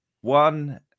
one